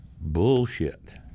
bullshit